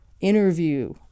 interview